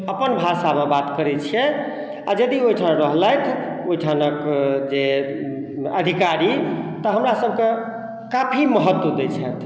अपन भाषामे बात करै छिए आओर यदि ओहिठाम रहलथि ओहिठामके जे अधिकारी तऽ हमरा सबके काफी महत्व दै छथि